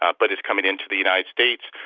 ah but it's coming into the united states,